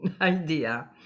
idea